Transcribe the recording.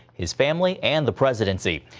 his family and the presidency.